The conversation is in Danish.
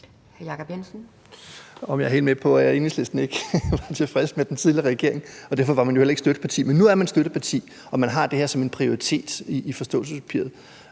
Jacob Jensen (V): Jeg er helt med på, at Enhedslisten ikke var tilfreds med den tidligere regering, og derfor var man jo heller ikke støtteparti. Men nu er man støtteparti, og man har det her som en prioritet i forståelsespapiret.